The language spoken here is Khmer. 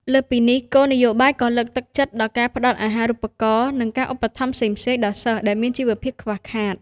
លើសពីនេះ គោលនយោបាយក៏លើកទឹកចិត្តដល់ការផ្តល់អាហារូបករណ៍ និងការឧបត្ថម្ភផ្សេងៗដល់សិស្សដែលមានជីវភាពខ្វះខាត។